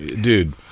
dude